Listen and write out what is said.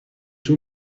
two